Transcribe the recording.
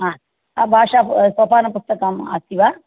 हा भाषासोपानपुस्तकम् अस्ति वा